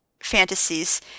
fantasies